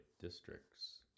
Districts